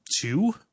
two